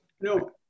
no